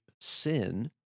sin